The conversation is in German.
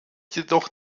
jedoch